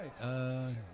right